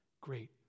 Great